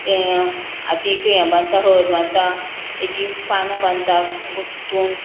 तें हातीक हें बांदता हळद बांदता तेचीं पानां बांदता गुंथून